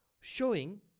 Showing